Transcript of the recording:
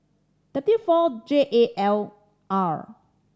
W four J A L R